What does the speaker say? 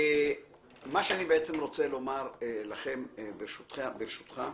אלא אני מדבר איתכם על אנשים שבאים מרצונם החופשי לבוא,